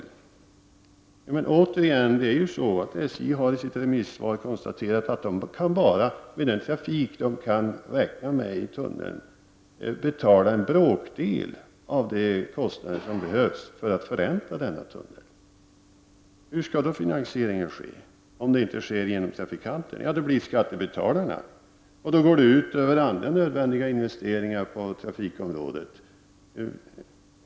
Jag säger återigen att det är så att SJ i sitt remissvar har konstaterat att de med den trafik de kan räkna med i en tunnel bara kan betala en bråkdel av de kostnader som behövs för att förränta kapitalet. Hur skall finansieringen ske om den inte görs av trafikanterna? Jo, det blir skattebetalarna som får betala, och det går ju i så fall ut över andra nödvändiga investeringar på trafikområdet.